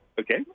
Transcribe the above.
Okay